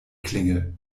klingel